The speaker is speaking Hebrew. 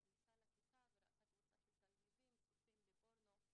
נכנסה לכיתה וראתה קבוצה של תלמידים צופים בפורנו.